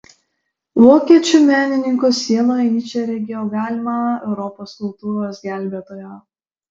vokiečių menininko sieloje nyčė regėjo galimą europos kultūros gelbėtoją